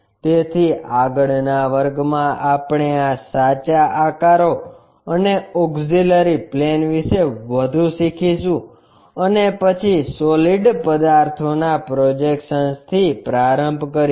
તેથી આગળનાં વર્ગમાં આપણે આ સાચા આકારો અને ઓક્ષીલરી પ્લેન વિશે વધુ શીખીશું અને પછી સોલીડ પદાર્થોના પ્રોજેક્શનથી પ્રારંભ કરીશું